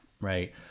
right